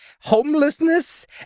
homelessness